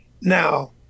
now